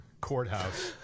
courthouse